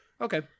okay